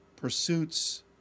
pursuits